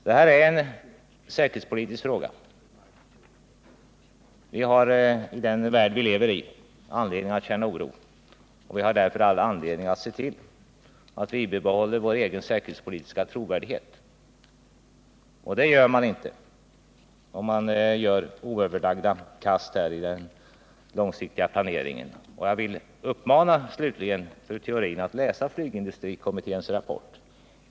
Det här är en säkerhetspolitisk fråga. Vi har i den värld vi lever i anledning att känna oro, och vi har därför också all anledning att se till att vi bibehåller vår egen säkerhetspolitiska trovärdighet. Det gör man inte med oöverlagda kast i den långsiktiga planeringen. Jag vill slutligen uppmana fru Theorin att läsa flygindustrikommitténs rapport.